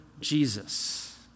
Jesus